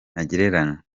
ntagereranywa